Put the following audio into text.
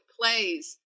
plays